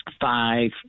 five